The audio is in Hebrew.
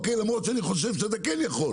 למרות שאני חושב שאתה כן יכול.